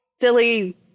silly